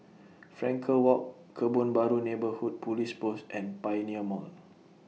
Frankel Walk Kebun Baru Neighbourhood Police Post and Pioneer Mall